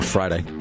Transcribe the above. Friday